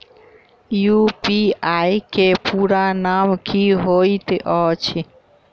UPI केँ पूरा नाम की होइत अछि?